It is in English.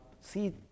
see